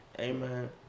Amen